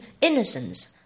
innocence